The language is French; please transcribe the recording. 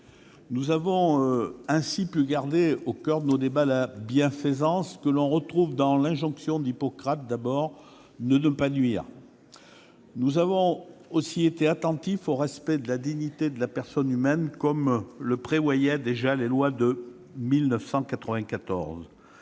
Nous avons ainsi su garder au coeur de nos débats la bienfaisance, que l'on retrouve dans l'injonction d'Hippocrate :« D'abord, ne pas nuire. » Nous avons aussi été attentifs au respect de la dignité de la personne humaine, comme le prévoyaient déjà les lois de 1994.